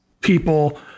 people